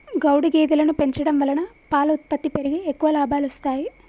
గౌడు గేదెలను పెంచడం వలన పాల ఉత్పత్తి పెరిగి ఎక్కువ లాభాలొస్తాయి